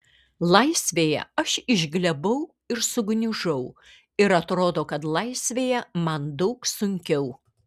laisvėje aš išglebau ir sugniužau ir atrodo kad laisvėje man daug sunkiau